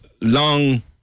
long